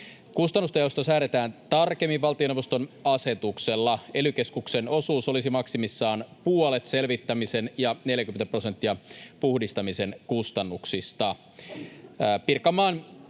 Kustannusten jaosta säädetään tarkemmin valtioneuvoston asetuksella. Ely-keskuksen osuus olisi maksimissaan puolet selvittämisen ja 40 prosenttia puhdistamisen kustannuksista.